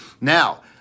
Now